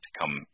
come